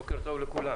בוקר טוב לכולם.